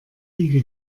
wiege